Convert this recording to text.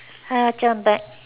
hi ah dear I come back